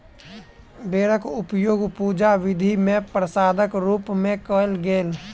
बेरक उपयोग पूजा विधि मे प्रसादक रूप मे कयल गेल